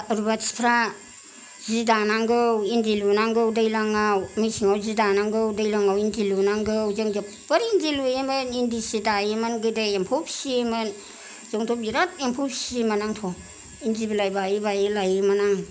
रुवाथिफ्रा जि दानांगौ इन्दि लुनांगौ दैलांआव मेसेंआव जि दानांगौ दैलांआव इन्दि लुनांगौ जों जोबोर इन्दि लुयोमोन इन्दि सि दायोमोन गोदो एम्फौ फिसिमोन जोंथ' बिराद एम्फौ फिसियोमोन आंथ' इन्दि बिलाय बायै बायै लायोमोन आं